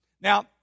Now